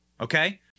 Okay